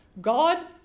God